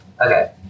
Okay